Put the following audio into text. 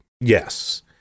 Yes